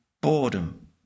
boredom